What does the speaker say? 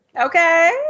Okay